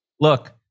look